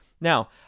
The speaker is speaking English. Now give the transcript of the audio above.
Now